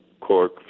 cork